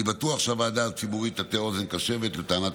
אני בטוח שהוועדה הציבורית תטה אוזן קשבת לטענת